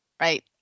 right